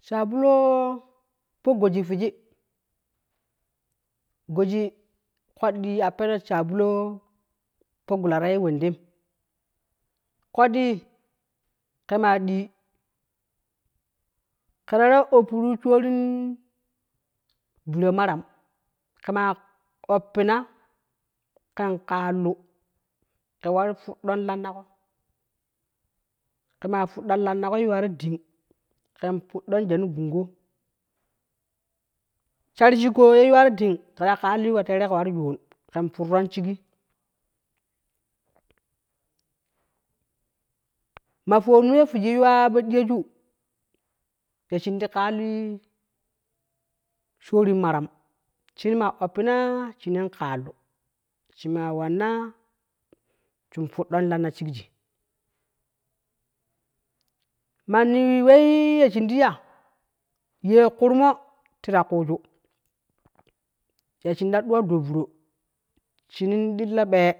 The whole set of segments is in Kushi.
Shabulo po goji fiji, goji koddi apeno shabuloo po gulara ye wendem koddi ke maa dii ketara upporu shoorin biro marauke maa uppina, ken ƙaallu ken waru ⼲uddon lannago, kemaa ⼲udda lannago ye yuwa ro ding ken ⼲uddon jen gungo shar shikke ye yuwaro ding keta ƙaallu wee. teere ke waru yun ken furror shigi ma ⼲owon mu ⼲iji yuwa podiyoju ya shin ti kaullui shoorin maram. shinma uppina shinin kaallu shinmaa wanna shin ⼲uddon lanna shigji maani wei ye shin di ya ye kurmo tita kuudu ya shin da ɗuwa doo vuro, shinin ɗillo ɓee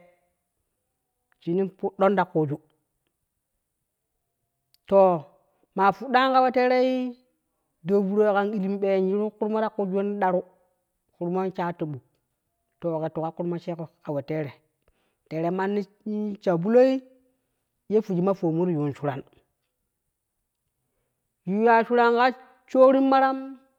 shinin ⼲uddon ta kuuju to maa ⼲udɗan ka we teerei doo vuroi kan ilmi ɓei yiru kurmo ta kuju in ɗaru kurmon in shatto ɓuk to ke tukka kurmo sheego ka we teere teere manni shabuloi le ⼲iji mea fowonmu ti yun shuran yuyya shuran ka shoorin maram.